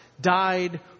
died